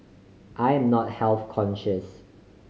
I am not health conscious